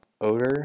odor